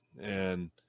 and-